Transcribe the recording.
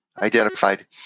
identified